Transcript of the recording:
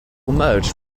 merged